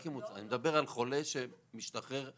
אני מדבר על חולה שמשתחרר מאשפוז.